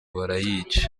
barayica